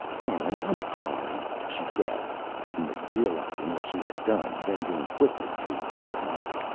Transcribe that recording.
darling. i'm sorry, she gasped, suddenly realizing what she had done, bending quickly to help him up.